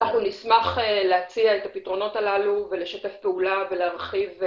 נשמח להציע את הפתרונות הללו ולשתף פעולה ולהרחיב,